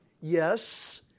Yes